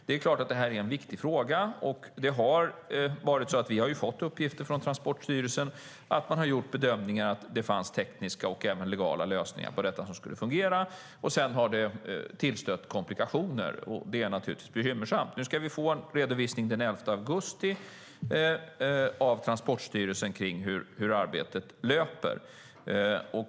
Det är en viktig fråga. Vi har fått uppgifter från Transportstyrelsen om att man har bedömt att det finns tekniska och legala lösningar som kan fungera. Sedan har det tillstött komplikationer, och det är naturligtvis bekymmersamt. Nu ska vi få en redovisning den 11 augusti av Transportstyrelsen av hur arbetet löper.